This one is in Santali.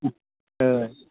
ᱦᱮᱸ ᱦᱳᱭ